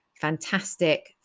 fantastic